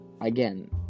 Again